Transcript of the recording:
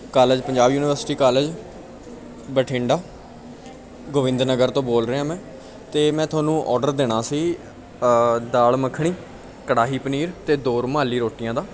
college Punjab university college Bathinda Gobind Nagar ਤੋਂ ਬੋਲ ਰਿਹਾ ਮੈਂ ਅਤੇ ਮੈਂ ਤੁਹਾਨੂੰ ਓਰਡਰ ਦੇਣਾ ਸੀ ਦਾਲ ਮੱਖਣੀ ਕੜਾਹੀ ਪਨੀਰ ਅਤੇ ਦੋ ਰੁਮਾਲੀ ਰੋਟੀਆਂ ਦਾ